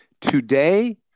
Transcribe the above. today